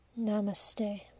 Namaste